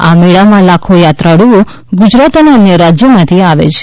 આ મેળામાં લાખો યાત્રાળુઓ ગુજરાત અને અન્ય રાજ્યોમાંથી આવે છે